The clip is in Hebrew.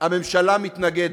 הממשלה מתנגדת.